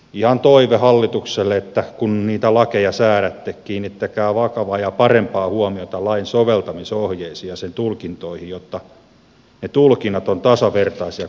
ihan toive hallitukselle että kun niitä lakeja säädätte kiinnittäkää vakavaa ja parempaa huomiota lain soveltamisohjeisiin ja sen tulkintoihin jotta ne tulkinnat ovat tasavertaisia koko maassa